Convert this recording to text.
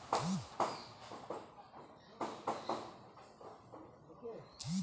মেলাগিলা দেশতকে ছরকার কাজা বা ট্যাক্স হ্যাভেন হিচাবে ব্যবহার করং